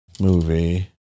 movie